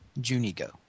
Junigo